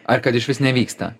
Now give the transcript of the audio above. ar kad išvis nevyksta